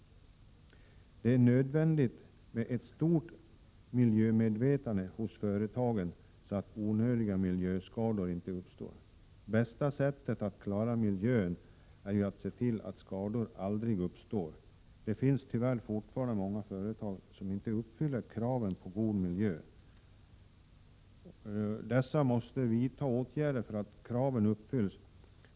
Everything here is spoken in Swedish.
Det är nödvändigt med ett stort miljömedvetande hos företagen, så att onödiga miljöskador inte uppstår. Det bästa sättet att klara miljön är ju att se till att skador aldrig uppstår. Det finns tyvärr fortfarande många företag som inte uppfyller kraven på en god miljö. Dessa företag måste vidta åtgärder så att kraven uppfylls.